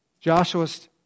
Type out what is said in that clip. Joshua's